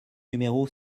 numéro